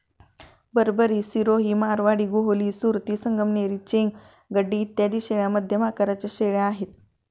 बरबरी, सिरोही, मारवाडी, गोहली, सुरती, संगमनेरी, चेंग, गड्डी इत्यादी शेळ्या मध्यम आकाराच्या शेळ्या आहेत